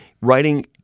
writing